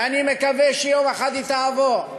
שאני מקווה שיום אחד היא תעבור,